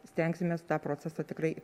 stengsimės tą procesą tikrai